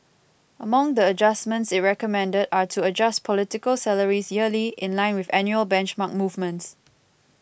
among the adjustments it recommended are to adjust political salaries yearly in line with annual benchmark movements